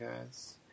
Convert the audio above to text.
guys